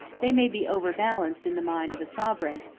they may be overbalanced in the mind of a sovereign,